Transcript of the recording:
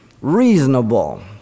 reasonable